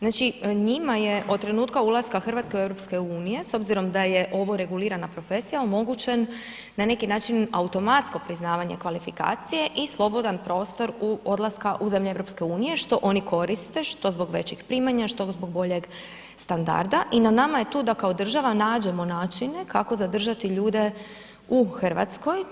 Znači, njima je od trenutka ulaska Hrvatske u EU s obzirom da je ovo regulirana profesija, omogućen, na neki način automatsko priznavanje kvalifikacije i slobodan prostor u odlaska u zemlje EU, što oni koriste, što zbog većih primanja, što zbog boljeg standarda i na nama je tu da kao država nađemo načine kako zadržati ljude u Hrvatskoj.